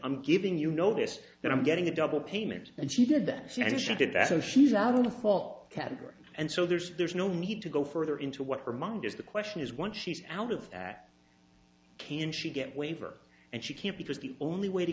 i'm giving you notice that i'm getting a double payment and she did that she did that so she's not going to fall category and so there's there's no need to go further into what her mind is the question is once she's out of that can she get waiver and she can't because the only way to